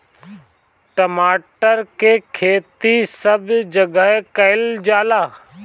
टमाटर के खेती सब जगह कइल जाला